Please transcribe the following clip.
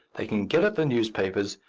they can get at the newspapers,